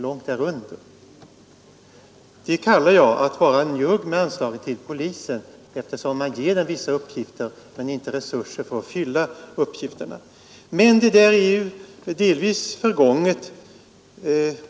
Jag kallar det att vara njugg med anslag till polisen, när den får ökade uppgifter men inte resurser för att fylla uppgifterna. Men det där är delvis förgånget.